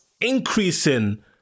increasing